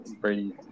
brady